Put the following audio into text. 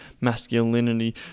masculinity